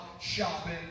shopping